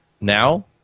Now